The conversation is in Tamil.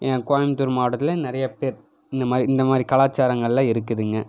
என் கோயம்புத்தூரு மாவட்டத்தில் நிறையா பேர் இந்த மாதிரி இந்த மாதிரி கலாச்சாரங்கள்லாம் இருக்குதுங்க